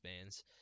bands